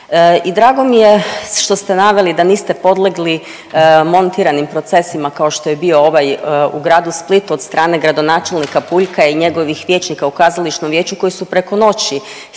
I drago mi je što ste naveli da niste podlegli montiranim procesima kao što je bio ovaj u gradu Splitu od strane gradonačelnika Puljka i njegovih vijećnika u kazališnom vijeću koji su preko noći